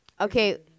Okay